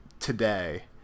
today